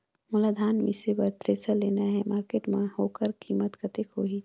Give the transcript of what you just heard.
मोला धान मिसे बर थ्रेसर लेना हे मार्केट मां होकर कीमत कतेक होही?